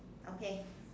okay